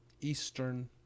Eastern